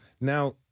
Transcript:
Now